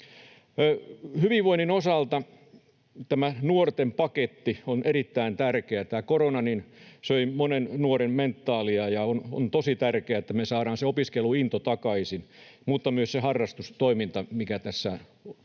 Hyvinvoinnin osalta tämä nuorten paketti on erittäin tärkeä. Korona söi monen nuoren mentaalia, ja on tosi tärkeää, että me saadaan takaisin paitsi opiskeluinto myös se harrastustoiminta, mikä tässä on